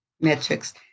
metrics